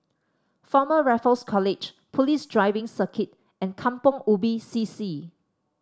Former Raffles College Police Driving Circuit and Kampong Ubi C C